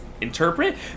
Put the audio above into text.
interpret